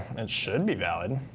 it should be valid.